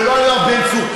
ולא על יואב בן צור,